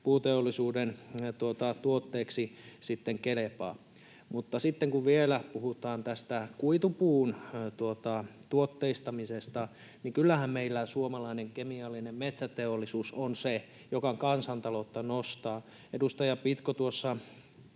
puuteollisuuden tuotteeksi. Mutta sitten, kun vielä puhutaan tästä kuitupuun tuotteistamisesta, kyllähän meillä suomalainen kemiallinen metsäteollisuus on se, joka kansantaloutta nostaa. Edustaja Pitko tuossa